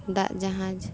ᱫᱟᱜ ᱡᱟᱦᱟᱡ